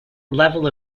level